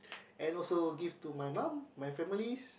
and also give to my mum my families